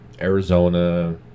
arizona